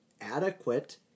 adequate